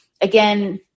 again